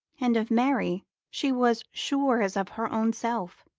and of mary she was sure as of her own self.